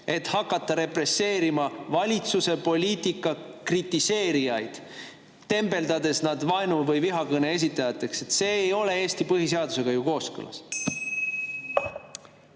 et hakata represseerima valitsuse poliitika kritiseerijaid, tembeldades nad vaenu- või vihakõne esitajateks. See ei ole ju Eesti põhiseadusega kooskõlas.